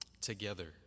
together